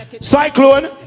Cyclone